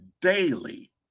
daily